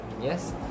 yes